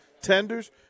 tenders